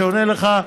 שעונה לך,